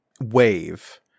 wave